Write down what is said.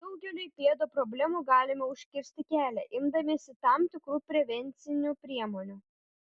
daugeliui pėdų problemų galime užkirsti kelią imdamiesi tam tikrų prevencinių priemonių